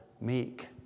meek